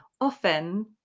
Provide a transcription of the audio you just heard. Often